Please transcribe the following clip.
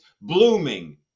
blooming